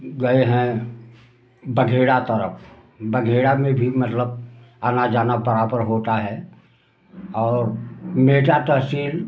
गए हैं बघेड़ा तरफ बघेड़ा में भी मतलब आना जाना बराबर होता है और मेजा तहसील